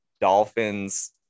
Dolphins